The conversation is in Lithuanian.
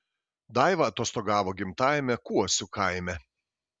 daiva atostogavo gimtajame kuosių kaime